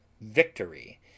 victory